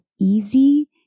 easy